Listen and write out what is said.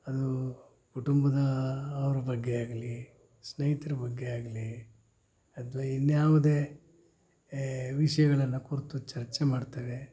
ಅದೂ ಕುಟುಂಬದ ಅವ್ರ ಬಗ್ಗೆ ಆಗಲೀ ಸ್ನೇಹಿತ್ರ ಬಗ್ಗೆ ಆಗಲೀ ಅಥ್ವ ಇನ್ಯಾವುದೇ ವಿಷಯಗಳನ್ನ ಕುರಿತು ಚರ್ಚೆ ಮಾಡ್ತೇವೆ